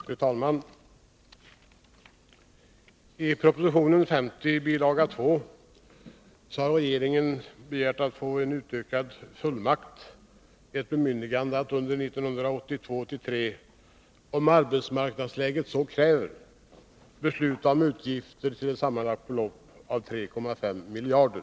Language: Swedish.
Fru talman! I proposition 50, bil. 2, har regeringen begärt att få ett bemyndigande att under 1982/83, om arbetsmarknadsläget så kräver, besluta om utgifter till ett sammanlagt belopp av 3,5 miljarder.